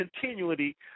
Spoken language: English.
continuity